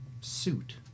Suit